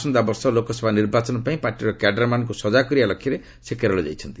ଆସନ୍ତାବର୍ଷ ଲୋକସଭା ନିର୍ବାଚନ ପାଇଁ ପାର୍ଟିର କ୍ୟାଡରମାନଙ୍କୁ ସଜାଗ କରିବା ଲକ୍ଷ୍ୟରେ ସେ କେରଳ ଯାଇଛନ୍ତି